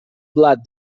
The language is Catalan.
blat